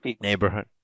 neighborhood